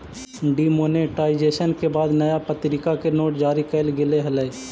demonetisation के बाद नया प्तरीका के नोट जारी कैल गेले हलइ